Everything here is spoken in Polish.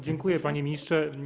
Dziękuję, panie ministrze.